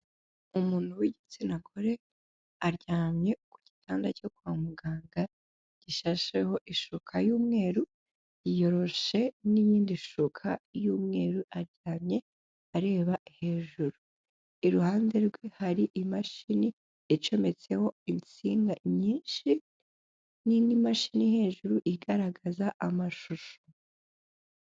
Umuntu w'igitsina gore aryamye ku gitanda cyo kwa muganga gishasheho ishuka y'umweru, yiyoroshe n'iyindi shuka y'umweru, aryamye areba hejuru, iruhande rwe hari imashini icometseho insinga nyinshi n'indi mashini hejuru igaragaza amashusho.